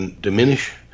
diminish